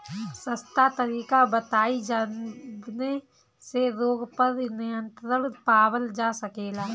सस्ता तरीका बताई जवने से रोग पर नियंत्रण पावल जा सकेला?